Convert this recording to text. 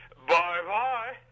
Bye-bye